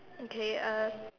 okay uh